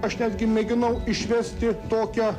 aš netgi mėginau išvesti tokią